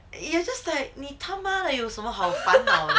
you are just like 他妈的你有什么好烦恼的